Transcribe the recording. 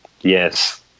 Yes